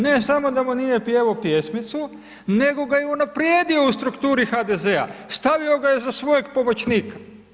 Ne samo da mu nije pjev'o pjesmicu, nego ga je unaprijedio u strukturi HDZ-a, stavio ga je za svojeg pomoćnika.